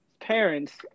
parents